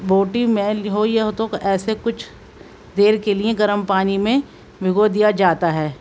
بوٹی میل ہو یا ہو تو ایسے کچھ دیر کے لیے گرم پانی میں بھگو دیا جاتا ہے